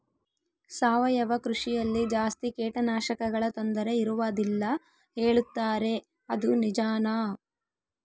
ಸಾವಯವ ಕೃಷಿಯಲ್ಲಿ ಜಾಸ್ತಿ ಕೇಟನಾಶಕಗಳ ತೊಂದರೆ ಇರುವದಿಲ್ಲ ಹೇಳುತ್ತಾರೆ ಅದು ನಿಜಾನಾ?